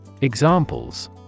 Examples